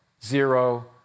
Zero